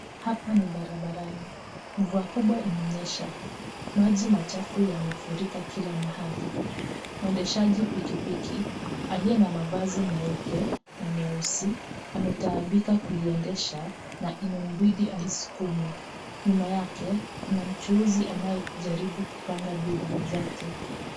Hapa ni barabarani, mvua kubwa imenyesha maji machafu yamefurika kila mahali. Mwendeshaji pikipiki aliye na mavazi ya meupe na meusi ametaabika kuiendesha na imembidi aisukume. Nyuma yake kuna mchuuzi anayejaribu kupanga bidhaa zake.